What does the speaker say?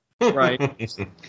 Right